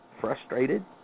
frustrated